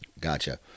Gotcha